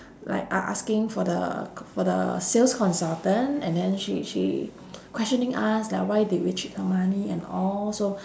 like a~ asking for the for the sales consultant and then she she questioning us like why did we cheat her money and all so